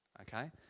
okay